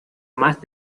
más